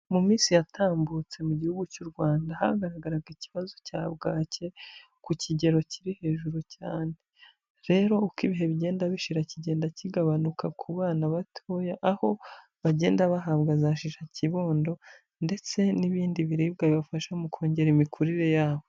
Mu minsi yatambutse mu gihugu cy'u Rwanda, hagaragaraga ikibazo cya bwake ku kigero kiri hejuru cyane, rero uko ibihe bigenda bishira kigenda kigabanuka ku bana batoya, aho bagenda bahabwa za shishakibondo ndetse n'ibindi biribwa bibafasha mu kongera imikurire yabo.